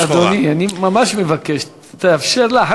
אדוני, אדוני, אני ממש מבקש, תאפשר לה.